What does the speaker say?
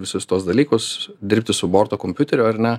visus tuos dalykus dirbti su borto kompiuteriu ar na